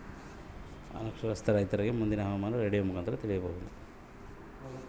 ಅನಕ್ಷರಸ್ಥ ರೈತರಿಗೆ ಮುಂದಿನ ಹವಾಮಾನ ಹೆಂಗೆ ತಿಳಿಯಬಹುದು?